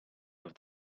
with